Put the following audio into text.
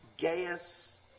Gaius